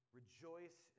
rejoice